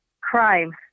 crime